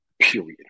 Period